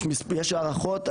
יש הערכות.